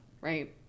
Right